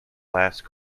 last